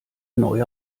neue